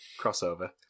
crossover